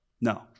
No